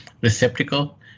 receptacle